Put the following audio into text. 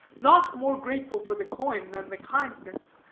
not more grateful for the coin than the kindness,